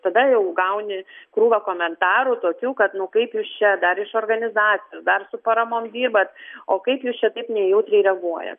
tada jau gauni krūvą komentarų tokių kad nu kaip jūs čia dar iš organizacijos dar su paramom dirbat o kaip jūs čia taip nejautriai reaguojat